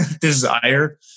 desire